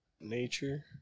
Nature